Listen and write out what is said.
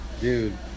Dude